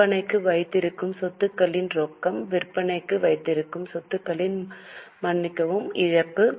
விற்பனைக்கு வைத்திருக்கும் சொத்துகளின் ரொக்கம் விற்பனைக்கு வைத்திருக்கும் சொத்துகளுக்கு மன்னிக்கவும் இழப்பு